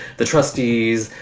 the trustees,